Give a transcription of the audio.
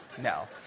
No